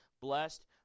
blessed